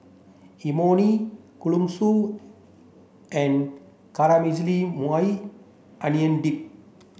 Imoni Kalguksu and Caramelized Maui Onion Dip